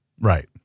Right